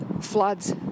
floods